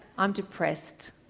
i'm depressed.